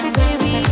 baby